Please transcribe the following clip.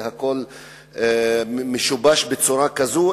הכול משובש בצורה כזו,